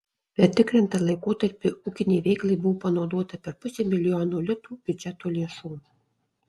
per tikrintą laikotarpį ūkinei veiklai buvo panaudota per pusę milijono litų biudžeto lėšų